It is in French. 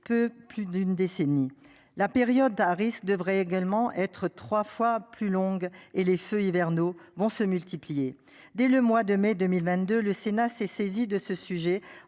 peu plus d'une décennie. La période à risque devraient également être 3 fois plus longue et les feux hivernaux vont se multiplier dès le mois de mai 2022, le Sénat s'est saisi de ce sujet